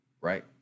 right